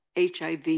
HIV